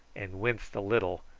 and winced a little,